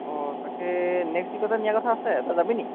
অঁ তাকে নেক্সট উইকতে নিয়া কথা আছে তই যাবি নেকি